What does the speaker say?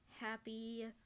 happy